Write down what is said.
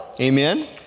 Amen